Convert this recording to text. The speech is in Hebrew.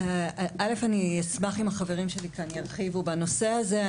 אני אשמח אם החברים שלי כאן ירחיבו בנושא הזה.